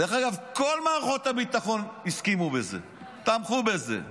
דרך אגב, כל מערכות הביטחון הסכימו לזה, תמכו בזה,